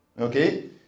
Okay